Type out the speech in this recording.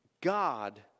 God